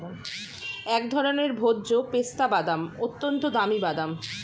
এক ধরনের ভোজ্য পেস্তা বাদাম, অত্যন্ত দামি বাদাম